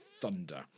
thunder